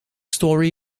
story